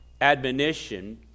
admonition